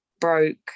broke